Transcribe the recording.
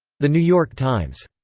the new york times.